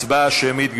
הצבעה שמית.